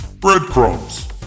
Breadcrumbs